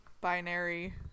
binary